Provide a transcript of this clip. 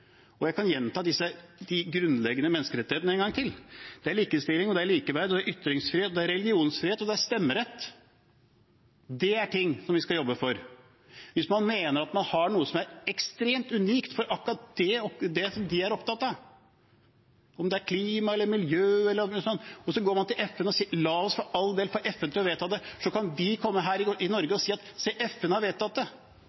Og jeg kan gjenta de grunnleggende menneskerettighetene én gang til: Det er likestilling, likeverd, ytringsfrihet, religionsfrihet og stemmerett. Det er ting vi skal jobbe for. Hvis man mener at man har noe som er ekstremt unikt for akkurat det man er opptatt av, om det er klima eller miljø eller alt mulig sånt, går man til FN og sier: La oss for all del få FN til å vedta det. Så kan vi si her i